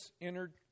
entered